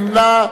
מי נמנע?